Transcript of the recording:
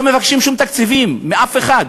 לא מבקשים תקציבים מאף אחד.